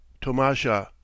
Tomasha